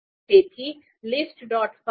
તેથી list